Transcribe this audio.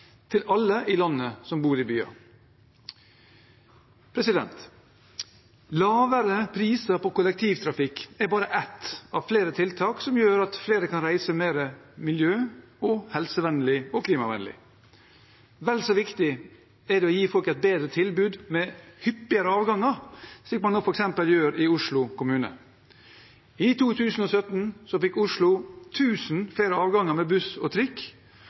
til alle i landet som bor i byer. Lavere priser på kollektivtrafikk er bare ett av flere tiltak som gjør at flere kan reise mer miljø-, helse- og klimavennlig. Vel så viktig er det å gi folk et bedre tilbud med hyppigere avganger, slik man f.eks. gjør i Oslo kommune. I 2017 fikk Oslo 1 000 flere avganger med buss og trikk,